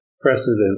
precedent